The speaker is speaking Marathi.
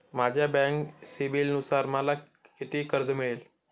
माझ्या बँक सिबिलनुसार मला किती कर्ज मिळेल?